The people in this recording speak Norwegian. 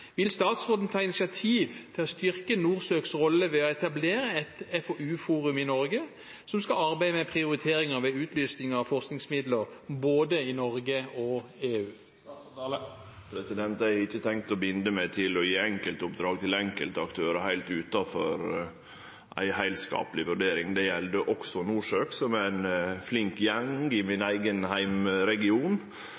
Vil statsråden ta initiativ til å styrke Norsøks rolle ved å etablere et FoU-forum i Norge som skal arbeide med prioriteringer ved utlysning av forskningsmidler, både i Norge og i EU? Eg har ikkje tenkt å binde meg til å gje enkeltoppdrag til enkeltaktørar heilt utanfor ei heilskapleg vurdering. Det gjeld også Norsøk, som er ein flink gjeng i min